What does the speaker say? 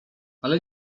ale